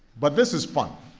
but this is fun.